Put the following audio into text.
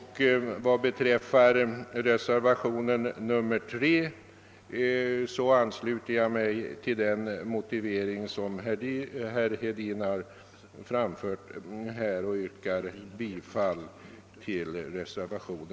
Vad beträffar reservationen III ansluter jag mig till den motivering som anförts av herr Hedin och yrkar bifall till denna reservation.